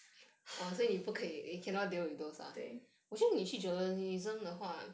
对